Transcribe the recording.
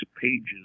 pages